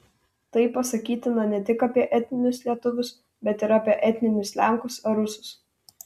tai pasakytina ne tik apie etninius lietuvius bet ir apie etninius lenkus ar rusus